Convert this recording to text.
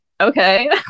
okay